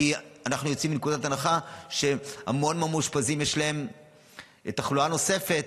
כי אנחנו יוצאים מנקודת הנחה שלהרבה מהמאושפזים יש תחלואה נוספת,